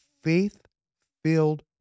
faith-filled